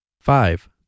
Five